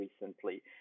recently